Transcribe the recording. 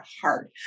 hard